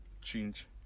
change